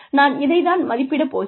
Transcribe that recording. நான் இதைத் தான் மதிப்பிடப் போகிறேன்